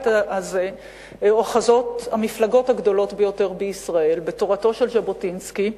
הזה אוחזות המפלגות הגדולות ביותר בישראל בתורתו של ז'בוטינסקי,